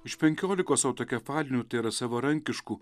iš penkiolikos autokefalinių tai yra savarankiškų